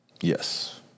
Yes